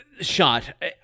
shot